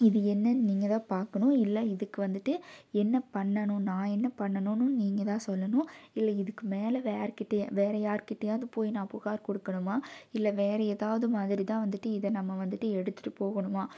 இது என்னன்னு நீங்கள் தான் பார்க்கணும் இல்லை இதுக்கு வந்துட்டு என்ன பண்ணணும் நான் என்ன பண்ணணும்னு நீங்கள் தான் சொல்லணும் இல்லை இதுக்கு மேலே வேறு கிட்ட யார்கிட்டே வேறு யார்க்கிட்டையாவது போய் நான் புகார் கொடுக்கணுமா இல்லை வேற எதாவது மாதிரி தான் வந்துட்டு இதை நம்ம வந்துட்டு எடுத்துட்டு போகணுமா